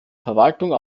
verwaltung